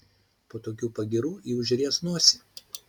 po tokių pagyrų ji užries nosį